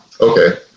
Okay